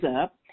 up